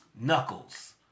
Knuckles